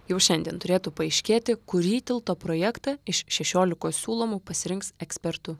jau šiandien turėtų paaiškėti kurį tilto projektą iš šešiolikos siūlomų pasirinks ekspertų